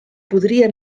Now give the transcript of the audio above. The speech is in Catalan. podria